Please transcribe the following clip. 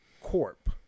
corp